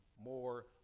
more